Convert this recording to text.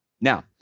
Now